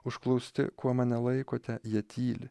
užklausti kuo mane laikote jie tyli